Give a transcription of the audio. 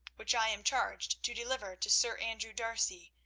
which i am charged to deliver to sir andrew d'arcy,